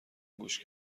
گوش